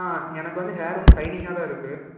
அண்ணா எனககு வந்த ஹேர் வந்து சைனிங்காக தான் இருக்குது